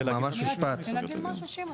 להוסיף משהו לפני שאני מסכם?